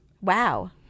Wow